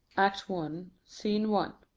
act one. scene one